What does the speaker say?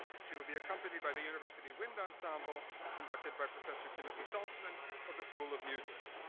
she will be accompanied by the university wind ensemble, conducted by professor timothy salzman of the school of music.